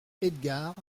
edgard